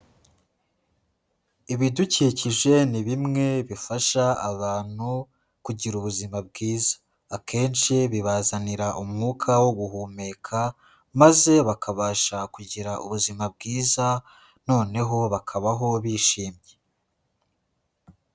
Ibidukikije ni bimwe bifasha abantu kugira ubuzima bwiza. Akenshi bibazanira umwuka wo guhumeka maze bakabasha kugira ubuzima bwiza, noneho bakabaho bishimye.